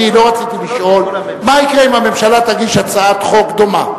אני לא רציתי לשאול מה יקרה אם הממשלה תגיש הצעת חוק דומה,